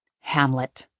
hamlet